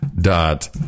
Dot